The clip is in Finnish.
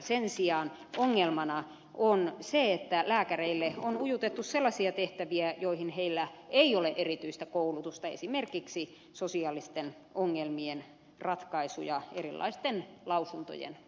sen sijaan ongelmana on se että lääkäreille on ujutettu sellaisia tehtäviä joihin heillä ei ole erityistä koulutusta esimerkiksi sosiaalisten ongelmien ratkaisuja erilaisten lausuntojen kautta